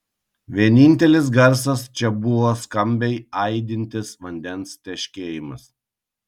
vienintelis garsas čia buvo skambiai aidintis vandens teškėjimas